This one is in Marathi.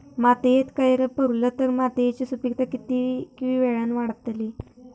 मातयेत कैर पुरलो तर मातयेची सुपीकता की वेळेन वाडतली?